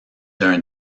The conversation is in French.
d’un